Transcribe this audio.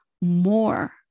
more